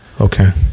Okay